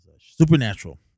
Supernatural